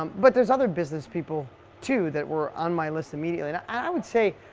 um but, there's other business people too, that were on my list immediately, and i would say,